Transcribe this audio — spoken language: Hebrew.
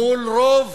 מול רוב